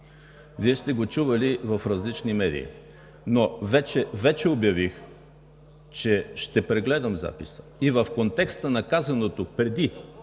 Вие сте го чували в различни медии. Вече обявих, че ще прегледам записа и в контекста на казаното преди